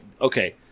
okay